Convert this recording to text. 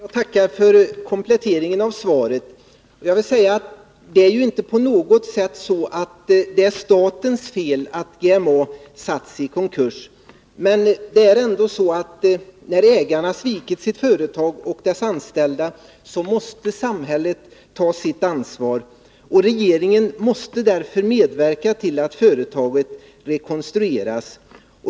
Fru talman! Tack för kompletteringen av svaret. Det är inte på något sätt så att det är statens fel att GMA försatts i konkurs. Men när ägarna svikit sitt företag och dess anställda måste samhället ta sitt ansvar. Regeringen måste därför medverka till att företaget rekonstrueras.